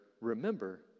remember